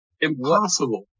Impossible